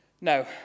no